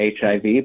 HIV